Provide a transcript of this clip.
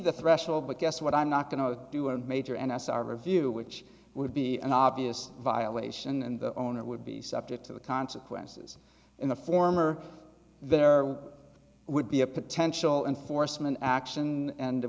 the threshold but guess what i'm not going to do a major and as our view which would be an obvious violation and the owner would be subject to the consequences in the form or there would be a potential enforcement action and